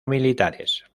militares